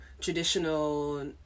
traditional